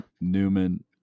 Newman